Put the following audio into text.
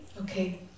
Okay